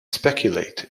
speculate